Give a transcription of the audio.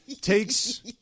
takes